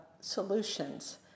solutions